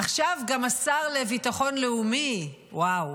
עכשיו גם השר לביטחון לאומי, וואו.